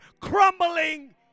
crumbling